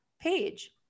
page